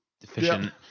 deficient